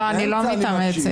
אני לא מתאמצת.